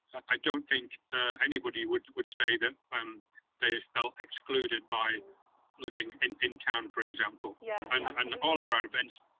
i don't think anybody would would say that um they felt excluded by living in in town, for example. yeah and and all of our events,